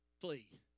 Flee